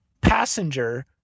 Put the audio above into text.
passenger